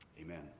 Amen